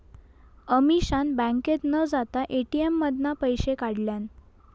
अमीषान बँकेत न जाता ए.टी.एम मधना पैशे काढल्यान